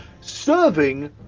serving